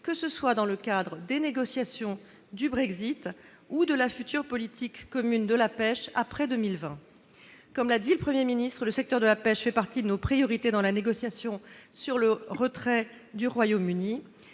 qu'il s'agisse des négociations du Brexit ou de la future politique commune de la pêche après 2020. Comme l'a dit le Premier ministre, le secteur de la pêche fait partie de nos priorités dans la négociation sur le retrait du Royaume-Uni